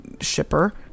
shipper